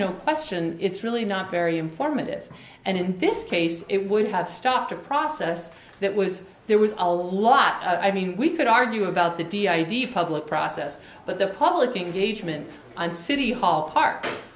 no question it's really not very informative and in this case it would have stopped a process that was there was a lot i mean we could argue about the d id public process but the public engagement and city hall park